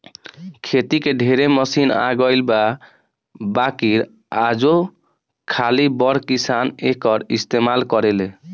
खेती के ढेरे मशीन आ गइल बा बाकिर आजो खाली बड़ किसान एकर इस्तमाल करेले